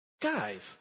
Guys